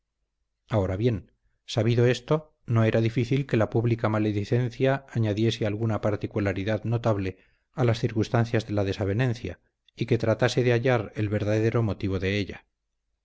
ahora bien sabido esto no era difícil que la pública maledicencia añadiese alguna particularidad notable a las circunstancias de la desavenencia y que tratase de hallar el verdadero motivo de ella